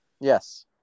Yes